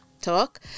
talk